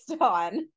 on